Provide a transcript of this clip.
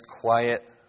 quiet